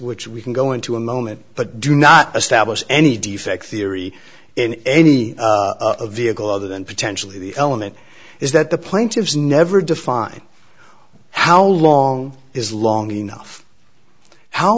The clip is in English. which we can go into a moment but do not establish any defect theory in any vehicle other than potentially the element is that the plaintiffs never define how long is long enough how